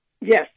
Yes